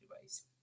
device